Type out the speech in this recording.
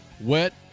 wet